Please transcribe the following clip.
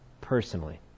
personally